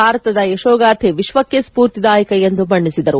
ಭಾರತದ ಯಶೋಗಾಥೆ ವಿಶ್ವಕ್ಕೆ ಸ್ಫೂರ್ತಿದಾಯಕ ಎಂದು ಬಣ್ಣಿಸಿದರು